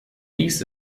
dies